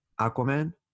aquaman